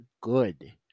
good